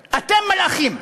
בסדר, אתם מלאכים.